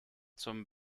zum